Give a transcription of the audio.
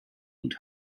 und